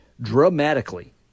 dramatically